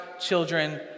children